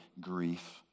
grief